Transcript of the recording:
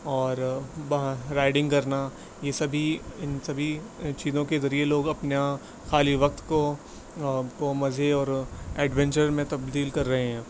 اور وہاں رائڈنگ کرنا یہ سبھی ان سبھی چیزوں کے ذریعے لوگ اپنا خالی وقت کو کو مزے اور ایڈوینچر میں تبدیل کر رہے ہیں